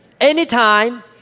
anytime